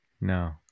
No